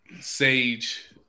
sage